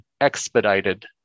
expedited